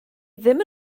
ddim